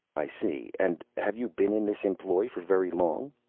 i see. and have you been in this employ for very long?